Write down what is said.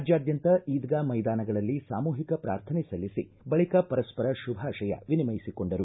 ರಾಜ್ಯಾದ್ಯಂತ ಈದ್ಗಾ ಮೈದಾನಗಳಲ್ಲಿ ಸಾಮೂಹಿಕ ಪ್ರಾರ್ಥನೆ ಸಲ್ಲಿಸಿ ಬಳಿಕ ಪರಸ್ವರ ಶುಭಾಶಯ ವಿನಿಮಯಿಸಿಕೊಂಡರು